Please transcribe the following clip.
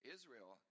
Israel